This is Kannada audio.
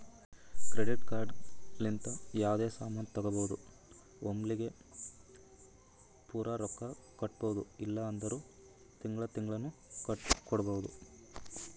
ಕ್ರೆಡಿಟ್ ಕಾರ್ಡ್ ಲಿಂತ ಯಾವ್ದೇ ಸಾಮಾನ್ ತಗೋಬೋದು ಒಮ್ಲಿಗೆ ಪೂರಾ ರೊಕ್ಕಾ ಕೊಡ್ಬೋದು ಇಲ್ಲ ಅಂದುರ್ ತಿಂಗಳಾ ತಿಂಗಳಾನು ಕೊಡ್ಬೋದು